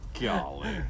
Golly